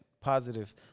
positive